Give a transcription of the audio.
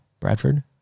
Bradford